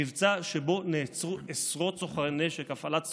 זה מבצע שבו נעצרו עשרות סוחרי נשק, הפעלת סוכן,